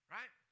Right